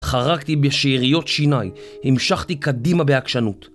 חרקתי בשאריות שיניי, המשכתי קדימה בעקשנות.